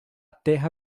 terra